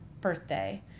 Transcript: birthday